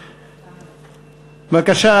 בבקשה,